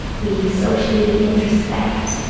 we socially introspect,